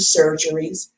surgeries